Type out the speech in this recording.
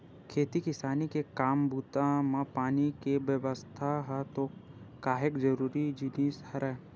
खेती किसानी के काम बूता म पानी के बेवस्था ह तो काहेक जरुरी जिनिस हरय